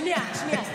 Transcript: שנייה, שנייה.